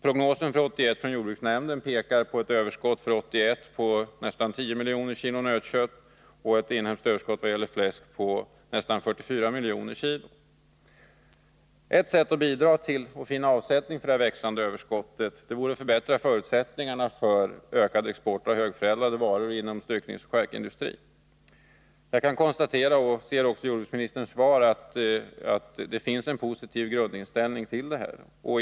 Prognosen från jordbruksnämnden för 1981 pekar på ett överskott på nästan 10 miljoner kilo nötkött och ett inhemskt överskott när det gäller fläsk av nästan 44 miljoner kilo. Ett sätt att bidra till att finna avsättning för det här växande överskottet vore att förbättra förutsättningarna för ökad export av högförädlade varor inom styckningsoch charkindustrin. Jag kan konstatera av jordbruksministerns svar att det finns en positiv grundinställning i dessa frågor.